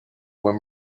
when